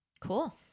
Cool